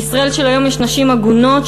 בישראל של היום יש נשים עגונות,